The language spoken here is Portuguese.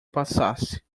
passasse